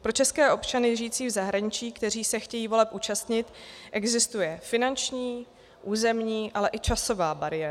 Pro české občany žijící v zahraničí, kteří se chtějí voleb účastnit, existuje finanční, územní, ale i časová bariéra.